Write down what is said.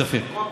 כספים.